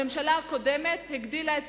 הממשלה הקודמת הגדילה את